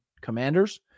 Commanders